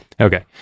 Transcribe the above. Okay